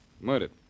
Murdered